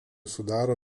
sudaro